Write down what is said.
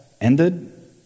ended